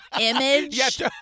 image